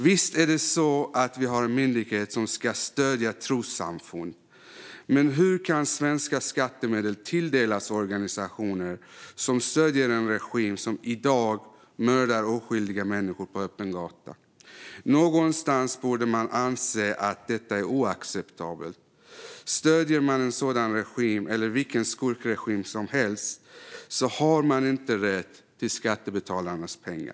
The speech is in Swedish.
Visst är det så att vi har en myndighet som ska stödja trossamfund, men hur kan svenska skattemedel tilldelas organisationer som stöder en regim som i dag mördar oskyldiga människor på öppen gata? Någonstans borde man anse att detta är oacceptabelt. Den som stöder en sådan regim, eller vilken skurkregim som helst, har inte rätt till skattebetalarnas pengar.